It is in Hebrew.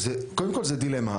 אז קודם כל, זאת דילמה.